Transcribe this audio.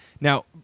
Now